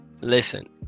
listen